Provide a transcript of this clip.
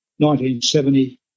1970